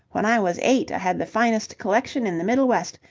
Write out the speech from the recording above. when i was eight i had the finest collection in the middle west,